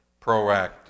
proactive